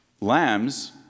Lambs